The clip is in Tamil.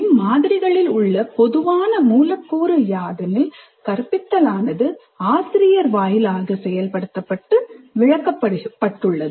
இம் மாதிரிகளில் உள்ள பொதுவான மூலக்கூறு யாதெனில் கற்பித்தல் ஆனது ஆசிரியர் வாயிலாக செயல்படுத்தப்பட்டு விளக்கப்பட்டுள்ளது